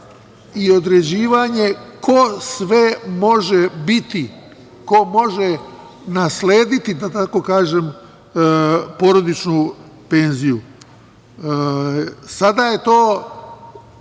i određivanje ko sve može biti, ko može naslediti, da tako kažem, porodičnu penziju. Sada je to,